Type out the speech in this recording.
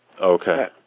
Okay